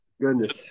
Goodness